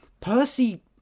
Percy